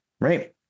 right